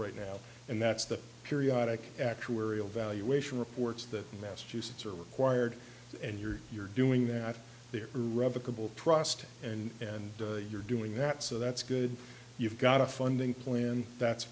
right now and that's the periodic actuarial valuation reports that massachusetts are required and you're you're doing that they're revocable trust and and you're doing that so that's good you've got a funding plan that's